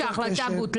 קבלת דבר כזה?